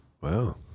Wow